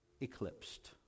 eclipsed